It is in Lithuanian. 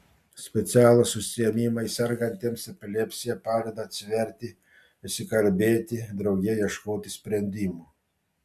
specialūs užsiėmimai sergantiems epilepsija padeda atsiverti išsikalbėti drauge ieškoti sprendimų